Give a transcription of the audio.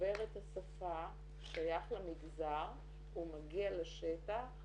שדובר את השפה, שייך למגזר, הוא מגיע לשטח,